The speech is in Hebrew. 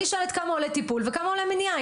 אני שואלת כמה עולה טיפול וכמה עולה מניעה,